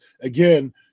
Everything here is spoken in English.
again